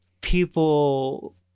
people